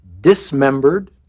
dismembered